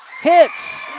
Hits